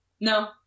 No